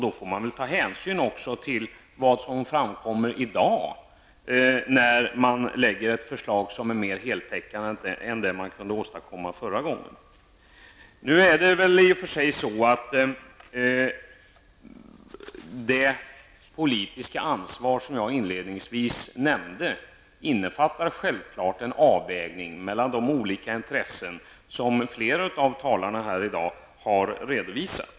Då får man väl också ta hänsyn till vad som framkommer i dag -- när man lägger fram ett förslag som är mer heltäckande än det man kunde åstadkomma förra gången. Det politiska ansvar som jag inledningsvis nämnde innefattar självfallet en avvägning mellan de olika intressen som flera av talarna här i dag har redovisat.